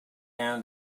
now